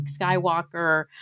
Skywalker